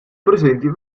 presenti